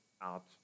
out